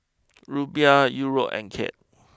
Rupiah Euro and Kyat